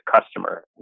customer